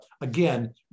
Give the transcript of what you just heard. again